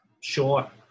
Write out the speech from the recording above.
sure